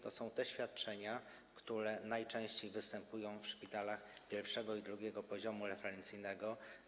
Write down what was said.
Chodzi o te świadczenia, które najczęściej występują w szpitalach pierwszego i drugiego poziomu referencyjnego.